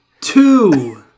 Two